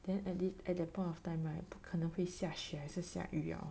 then at at that point of time right 不可能会下雪还是下雨 liao